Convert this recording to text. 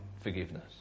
forgiveness